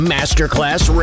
Masterclass